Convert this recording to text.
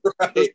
Right